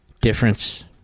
difference